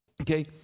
okay